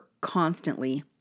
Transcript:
constantly